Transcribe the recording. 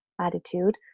attitude